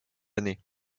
années